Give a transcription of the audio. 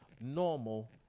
normal